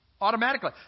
automatically